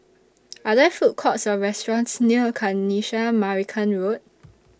Are There Food Courts Or restaurants near Kanisha Marican Road